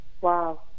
Wow